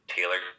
Taylor